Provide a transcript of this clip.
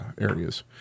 areas